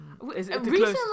Recently